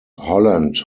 holland